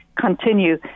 continue